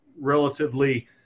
relatively